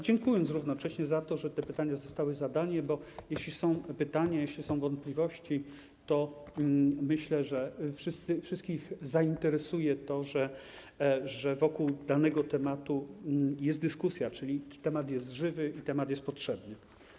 Dziękuję równocześnie za to, że te pytania zostały zadane, bo jeśli są pytania, jeśli są wątpliwości, to myślę, że wszystkich zainteresuje to, że wokół danego tematu jest dyskusja, czyli temat jest żywy i temat jest potrzebny.